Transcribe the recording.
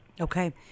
Okay